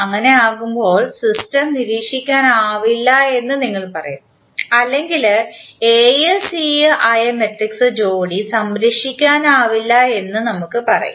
അങ്ങനെയാകുമ്പോൾ സിസ്റ്റം നിരീക്ഷിക്കാനാവില്ലെന്ന് നിങ്ങൾ പറയും അല്ലെങ്കിൽ A C ആയ മാട്രിക്സ് ജോഡി സംരക്ഷിക്കാനാവില്ലെന്ന് നമുക്ക് പറയാം